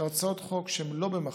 שהצעות חוק שהן לא במחלוקת,